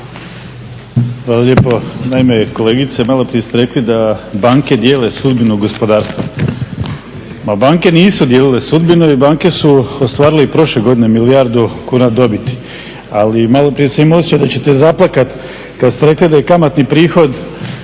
Hvala lijepo. Naime, kolegice malo prije ste rekli da banke dijele sudbinu gospodarstva. Ma banke nisu dijelile sudbine i banke su ostvarili i prošle godine milijardu kuna dobiti. Ali malo prije sam imao osjećaj da ćete zaplakati kada ste rekli da je kamatni prihod